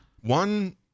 One